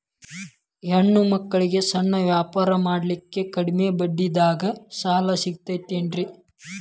ಹೆಣ್ಣ ಮಕ್ಕಳಿಗೆ ಸಣ್ಣ ವ್ಯಾಪಾರ ಮಾಡ್ಲಿಕ್ಕೆ ಕಡಿಮಿ ಬಡ್ಡಿದಾಗ ಸಾಲ ಸಿಗತೈತೇನ್ರಿ?